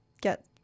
get